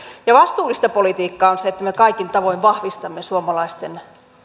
vastuullista politiikkaa on se että me kaikin tavoin vahvistamme suomalaisten